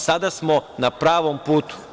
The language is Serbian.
Sada smo na pravom putu.